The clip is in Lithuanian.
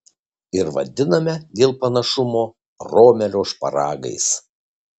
ir vadiname dėl panašumo romelio šparagais